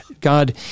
God